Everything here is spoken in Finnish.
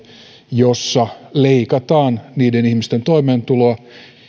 jossa leikataan niiden ihmisten toimeentuloa